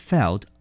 Felt